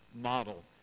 model